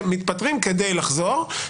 שמתפטרים כדי לחזור,